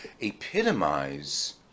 epitomize